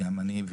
גם אני,